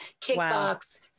kickbox